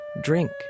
drink